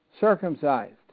circumcised